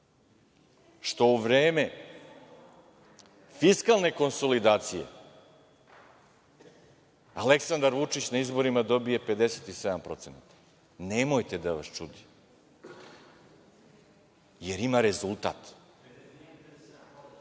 što u vreme fiskalne konsolidacije Aleksandar Vučić na izborima dobije 57%. Nemojte da vas čudi. Jer ima rezultat.